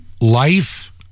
Life